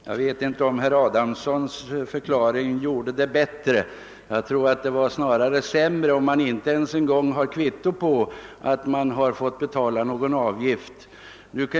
Jag vet inte om herr Adamssons förklaring gjorde saken bättre, att man inte ens får kvitto på att man har betalat avgift.